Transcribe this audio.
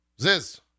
Ziz